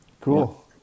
Cool